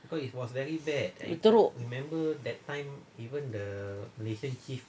teruk